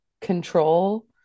control